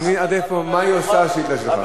אז תבין מה היא עושה, השאילתא שלך.